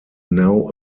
now